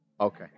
Okay